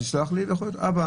תשלח לי כסף?